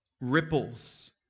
ripples